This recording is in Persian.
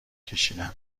کشیدم